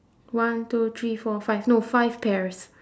one two three four five no five pears